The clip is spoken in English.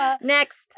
next